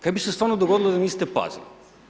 Kaj bi se stvarno dogodilo da niste pazili?